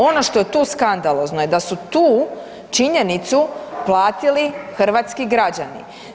Ono što je tu skandalozno je da su tu činjenicu platili hrvatski građani.